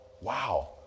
Wow